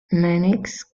mannix